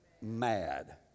MAD